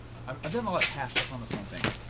i've done ah ah cash just on this one thing.